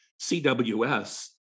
CWS